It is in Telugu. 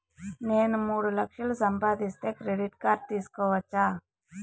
నేను మూడు లక్షలు సంపాదిస్తే క్రెడిట్ కార్డు తీసుకోవచ్చా?